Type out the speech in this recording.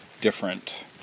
different